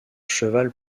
cheval